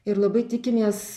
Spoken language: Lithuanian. ir labai tikimės